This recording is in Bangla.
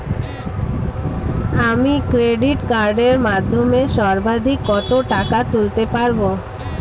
আমি ক্রেডিট কার্ডের মাধ্যমে সর্বাধিক কত টাকা তুলতে পারব?